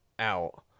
out